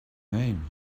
name